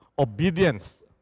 obedience